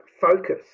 focus